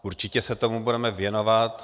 Určitě se tomu budeme věnovat.